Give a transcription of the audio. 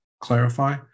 clarify